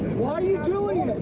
why are you doing